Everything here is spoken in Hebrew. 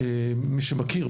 מי שמכיר,